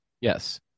Yes